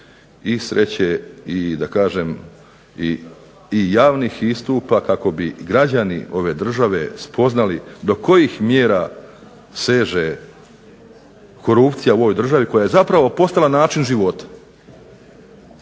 i sreće i da kažem i javnih istupa kako bi građani ove države spoznali do kojih mjera seže korupcija u ovoj državi koja je postala zapravo način života.